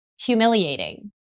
humiliating